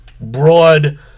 broad